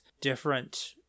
different